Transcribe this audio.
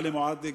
עלי מועדי,